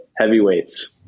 heavyweights